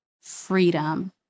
freedom